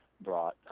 brought